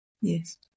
Yes